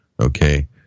Okay